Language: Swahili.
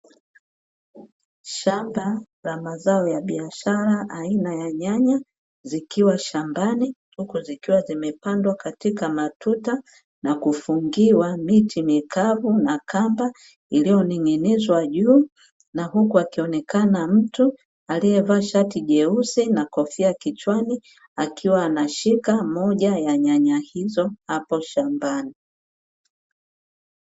Shamba la mazao ya biashara aina ya nyanya, zikiwa shambani huku zikiwa zimepandwa katika matuta na kufungiwa miti mikavu na kamba iliyoning'inizwa juu, na huku akionekana mtu aliyevaa shati jeusi na kofia kichwani, akiwa anashika moja ya nyanya hizo hapo shambani.